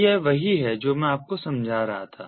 तो यह वही है जो मैं आपको समझा रहा था